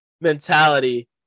mentality